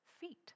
feet